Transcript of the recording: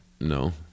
No